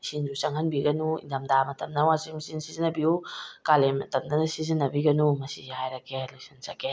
ꯏꯁꯤꯡꯁꯨ ꯆꯪꯍꯟꯕꯤꯒꯅꯨ ꯏꯪꯊꯝꯊꯥ ꯃꯇꯝꯗꯅ ꯋꯥꯁꯤꯡ ꯃꯦꯆꯤꯟ ꯁꯤꯖꯤꯟꯅꯕꯤꯌꯨ ꯀꯥꯂꯦꯟ ꯃꯇꯝꯗꯅ ꯁꯤꯖꯤꯟꯅꯕꯤꯒꯅꯨ ꯃꯁꯤꯁꯤ ꯍꯥꯏꯔꯒꯦ ꯑꯩ ꯂꯣꯏꯁꯤꯟꯖꯒꯦ